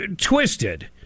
twisted